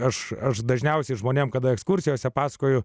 aš aš dažniausiai žmonėms kada ekskursijose pasakoju